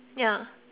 ya